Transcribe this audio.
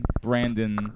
Brandon